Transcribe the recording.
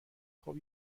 خوب